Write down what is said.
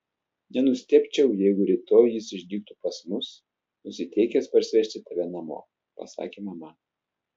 nenustebčiau jeigu rytoj jis išdygtų pas mus nusiteikęs parsivežti tave namo pasakė mama